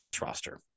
roster